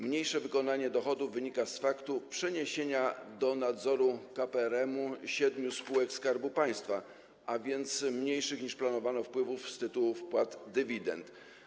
Mniejsze wykonanie dochodów wynika z faktu przeniesienia do nadzoru KPRM-u siedmiu spółek Skarbu Państwa, a więc mniejszych niż planowano wpływów z tytułu wpłat dywidend.